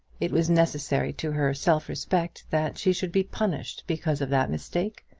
it was necessary to her self-respect that she should be punished because of that mistake.